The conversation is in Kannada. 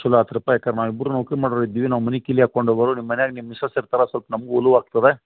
ಚೊಲೋ ಆತಪ್ಪ ಯಾಕಂದ್ರೆ ನಾವು ಇಬ್ಬರೂ ನೌಕರಿ ಮಾಡೋರು ಇದ್ದೀವಿ ನಾವು ಮನೆ ಕೀಲಿ ಹಾಕ್ಕೊಂಡು ಹೋಗೋವ್ರು ನಿಮ್ಮ ಮನೇಗ್ ನಿಮ್ಮ ಮಿಸ್ಸೆಸ್ ಇರ್ತಾರೆ ಸ್ವಲ್ಪ ನಮ್ಗು ಉಲು ಆಗ್ತದೆ